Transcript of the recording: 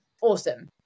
awesome